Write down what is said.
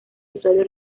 usuario